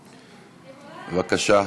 בבקשה,